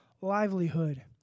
livelihood